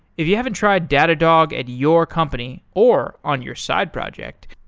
if you haven't tried datadog at your company or on your side project,